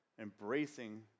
embracing